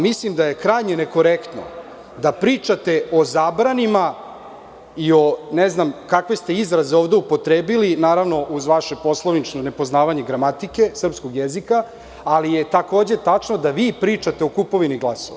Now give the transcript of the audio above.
Mislim da je krajnje nekorektno da pričate o zabranima, ne znam kakve ste izraze ovde upotrebili, naravno uz vaše nepoznavanje gramatike srpskog jezika, ali je takođe tačno da vi pričate o kupovini glasova.